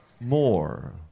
more